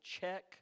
check